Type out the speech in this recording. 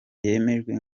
yemejwe